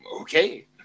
okay